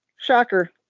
Shocker